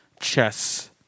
chess